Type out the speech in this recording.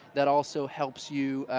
that also helps you,